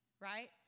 right